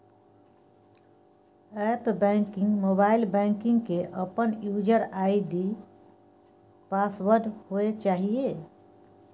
app banking, mobile banking के अपन user ID password होय चाहिए